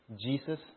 Jesus